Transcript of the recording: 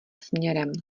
směrem